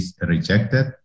rejected